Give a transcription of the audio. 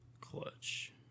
Clutch